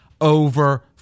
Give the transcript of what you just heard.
over